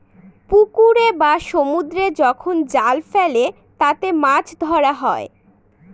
পুকুরে বা সমুদ্রে যখন জাল ফেলে তাতে মাছ ধরা হয়